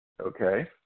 Okay